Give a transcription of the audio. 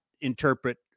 interpret